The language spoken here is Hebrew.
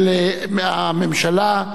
של הממשלה,